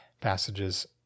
passages